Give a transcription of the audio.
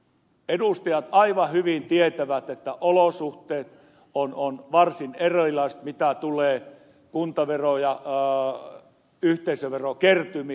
edustajat aivan hyvin tietävät että olosuhteet ovat varsin erilaiset mitä tulee kuntavero ja yhteisöverokertymiin